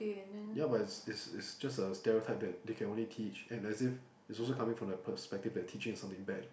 ya but is is is just a stereotype that they can only teach and as if is also coming from a perspective that teaching is something bad